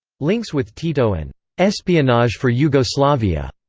links with tito and espionage for yugoslavia.